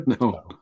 No